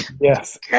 Yes